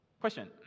Question